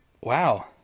Wow